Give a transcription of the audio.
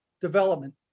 development